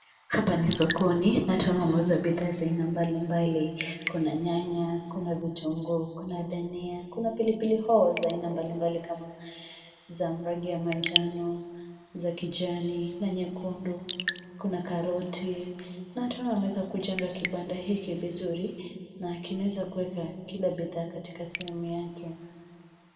Hapa ni sokoni na tena wanauza bidhaa mbalimbali, kuna nyanya, kuna vitunguu, kuna dania, kuna pilipili hoho za aina mbalimbali kama za rangi ya manjano, za kijani na nyekundu, kuna karoti na tena wameweza kujenga kibanda hiki vizuri na kimeweza kuweka kila bidhaa katika sehemu yake.